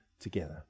together